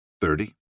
Thirty